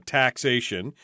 taxation